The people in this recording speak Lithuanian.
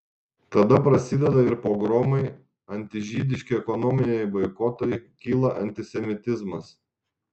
tada prasideda ir pogromai antižydiški ekonominiai boikotai kyla antisemitizmas